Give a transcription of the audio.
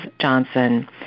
Johnson